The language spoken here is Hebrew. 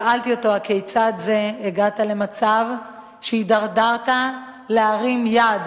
שאלתי אותו: כיצד זה הגעת למצב שהידרדרת להרים יד